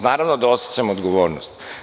Naravno da osećam odgovornost.